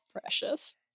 Precious